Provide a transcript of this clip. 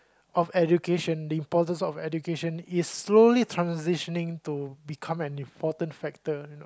of education the importance of education is slowly transitioning to become an important factor you know